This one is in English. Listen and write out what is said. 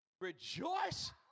rejoice